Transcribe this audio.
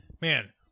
man